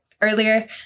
earlier